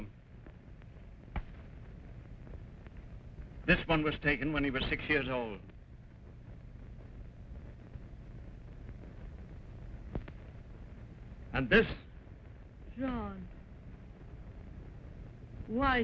them